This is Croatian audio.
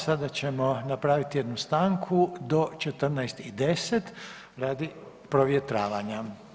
Sada ćemo napraviti jednu stanku do 14,10 radi provjetravanja.